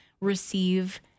receive